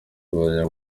kuzajya